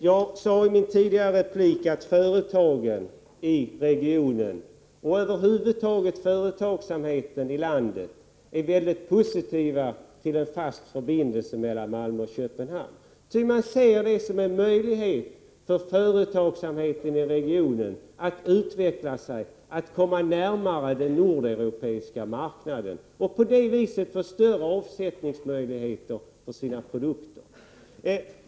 Jag sade i min tidigare replik att företagen i regionen och företagsamheten i landet över huvud taget har en mycket positiv hållning till en fast förbindelse mellan Malmö och Köpenhamn. Man ser det som en möjlighet för företagsamheten i regionen att utvecklas, att komma närmare den nordeuropeiska marknaden och på det viset få större avsättningsmöjligheter för sina produkter.